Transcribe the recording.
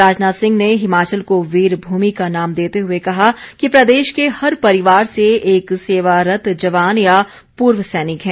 राजनाथ सिंह ने हिमाचल को वीरभूमि का नाम देते हुए कहा कि प्रदेश के हर परिवार से एक सेवारत जवान या पूर्व सैनिक है